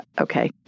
Okay